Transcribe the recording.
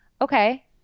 okay